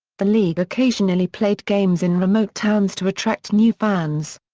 the league occasionally played games in remote towns to attract new fans.